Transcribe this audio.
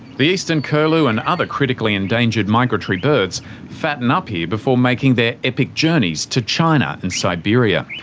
the eastern curlew and other critically endangered migratory birds fatten up here before making their epic journeys to china and siberia.